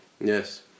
yes